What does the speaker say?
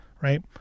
right